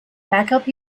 backup